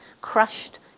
crushed